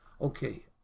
Okay